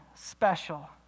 special